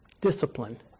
discipline